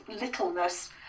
littleness